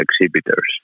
exhibitors